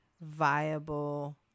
viable